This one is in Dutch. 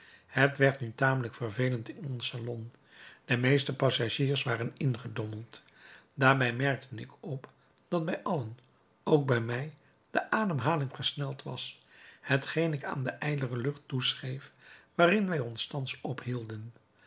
het werd nu tamelijk vervelend in ons salon de meeste passagiers waren ingedommeld daarbij merkte ik op dat bij allen ook bij mij de ademhaling versneld was hetgeen ik aan de ijlere lucht toeschreef waarin wij ons thans ophielden